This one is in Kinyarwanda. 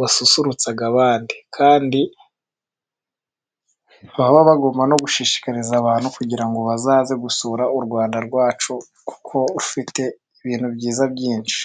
basusurutsa abandi, kandi no gushishikariza abantu kugira ngo bazaze gusura u Rwanda rwacu kuko rufite ibintu byiza byinshi.